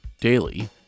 daily